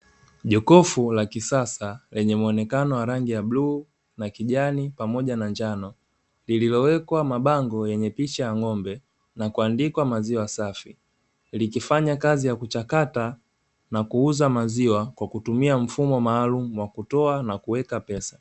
Jokofu la kisasa lenye muonekano wa rangi ya bluu, na kijani pamoja na njano lililowekwa mabango yenye picha ya ng’ombe na kuandikwa maziwa safi. Likifanya kazi ya kuchakata na kuuza maziwa kwa kutumia mfumo maalumu wa kutoa na kuweka pesa.